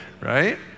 Right